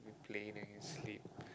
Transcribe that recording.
in plane you can sleep